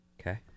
Okay